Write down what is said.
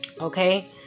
Okay